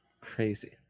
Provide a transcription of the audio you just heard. Crazy